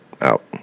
Out